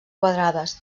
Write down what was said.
quadrades